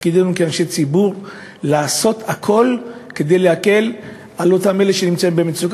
תפקידנו כאנשי ציבור לעשות הכול כדי להקל על אלה שנמצאים במצוקה.